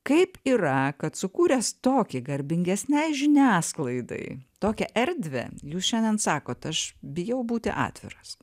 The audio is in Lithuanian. kaip yra kad sukūręs tokį garbingesnei žiniasklaidai tokią erdvę jūs šiandien sakot aš bijau būti atviras